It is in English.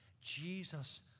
Jesus